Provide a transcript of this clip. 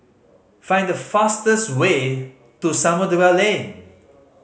find the fastest way to Samudera Lane